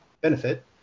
benefit